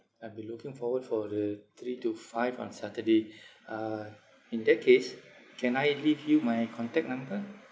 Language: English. I'll be looking forward for the three to five on saturday uh in that case can I leave you my contact number